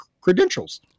credentials